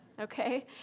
Okay